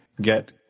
get